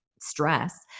stress